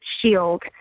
shield